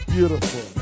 Beautiful